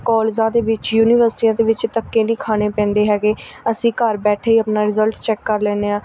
ਕੋਲਜਾਂ ਦੇ ਵਿੱਚ ਯੂਨੀਵਰਸਿਟੀਆਂ ਦੇ ਵਿੱਚ ਧੱਕੇ ਨਹੀਂ ਖਾਣੇ ਪੈਂਦੇ ਹੈਗੇ ਅਸੀਂ ਘਰ ਬੈਠੇ ਹੀ ਆਪਣਾ ਰਿਜ਼ਲਟ ਚੈੱਕ ਕਰ ਲੈਂਦੇ ਹਾਂ